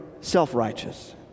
self-righteous